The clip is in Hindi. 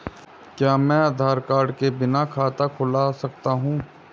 क्या मैं आधार कार्ड के बिना खाता खुला सकता हूं?